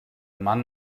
mann